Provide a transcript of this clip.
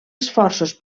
esforços